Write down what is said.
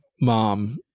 mom